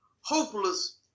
hopeless